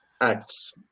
acts